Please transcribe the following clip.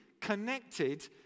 connected